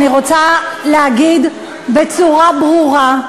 אני רוצה להגיד בצורה ברורה,